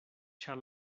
ĉar